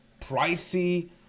pricey